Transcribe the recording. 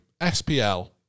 SPL